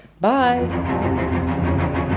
Bye